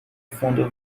fundos